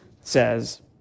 says